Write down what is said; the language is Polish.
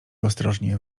ostrożnie